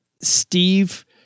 Steve